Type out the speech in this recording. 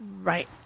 Right